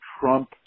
Trump